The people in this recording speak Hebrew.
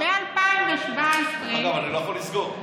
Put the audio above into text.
דרך אגב, אני לא יכול לסגור.